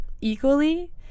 equally